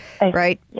right